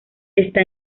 está